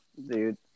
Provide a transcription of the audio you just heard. Dude